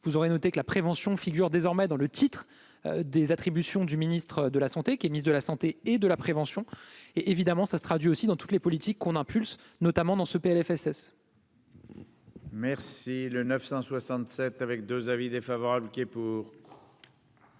vous aurez noté que la prévention figure désormais dans le titre des attributions du ministre de la Santé, qui est ministre de la Santé et de la prévention et évidemment, ça se traduit aussi dans toutes les politiques on impulse notamment dans ce PLFSS. Merci le 967 avec 2 avis défavorable qui est pour.